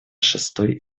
шестой